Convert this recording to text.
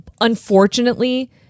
unfortunately